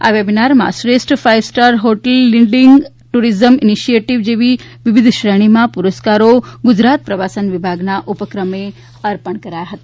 આ વેબીનારમાં શ્રેષ્ઠ five star hotel leading tourism initiative જેવી વિવિધ શ્રેણીમાં પુરસ્કારો ગુજરાત પ્રવાસન વિભાગના ઉપક્રમે અર્પણ કરાયા હતા